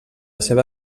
seva